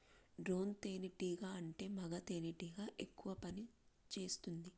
drone తేనే టీగా అంటే మగ తెనెటీగ ఎక్కువ పని చేస్తుంది